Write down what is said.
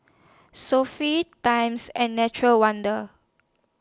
Sofy Times and Nature's Wonders